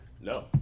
No